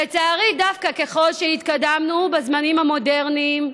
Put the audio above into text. לצערי, דווקא ככל שהתקדמנו בזמנים המודרניים,